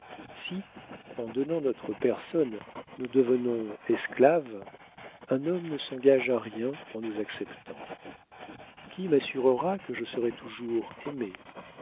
si en donnant notre personne nous devenons esclaves un homme ne s'engage à rien en nous acceptant qui m'assurera que je serai toujours aimée